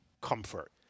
comfort